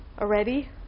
already